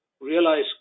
realize